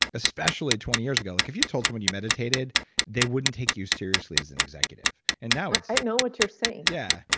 especially twenty years ago, like if you told someone you meditated they wouldn't take you seriously as an executive. and now it's i know what you're saying yeah,